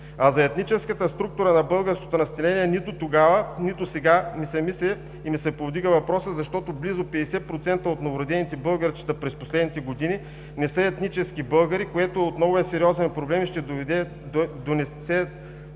За етническата структура на българското население нито тогава, нито сега, ми се мисли и ми се повдига въпросът, защото близо 50% от новородените българчета през последните години не са етнически българи, което отново е сериозен проблем и ще доведе